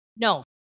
No